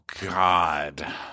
god